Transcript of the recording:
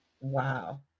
wow